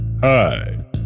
Hi